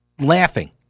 laughing